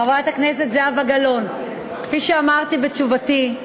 חברת הכנסת זהבה גלאון, כפי שאמרתי בתשובתי,